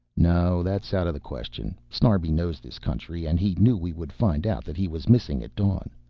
no, that's out of the question. snarbi knows this country and he knew we would find out that he was missing at dawn.